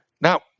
Now